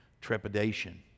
trepidation